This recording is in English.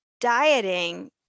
dieting